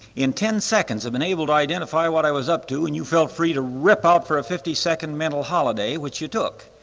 in ten seconds i've been able to identify what i was up to and you feel free to rip out for a fifty-second mental holiday which you took.